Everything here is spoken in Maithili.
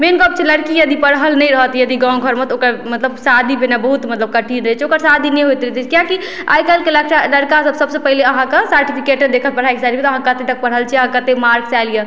मेन गप्प छै लड़की यदि पढ़ल नहि रहतइ यदि गाँव घरमे तऽ ओकर मतलब शादी भेनाइ बहुत मतलब कठिन रहय छै ओकर शादी नहि होइत रहय छै किएक कि आइ काल्हिके लड़का सबसँ पहिले अहाँके सार्टिफिकेटे देखत पढ़ाइके सार्टिफिकेट जे अहाँ कते तक पढ़ल छी आओर कते मार्क्स आयल यऽ